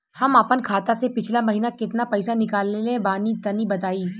हम आपन खाता से पिछला महीना केतना पईसा निकलने बानि तनि बताईं?